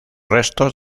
restos